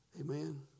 Amen